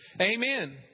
Amen